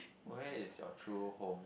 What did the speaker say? where is your true home